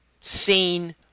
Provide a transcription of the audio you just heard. seen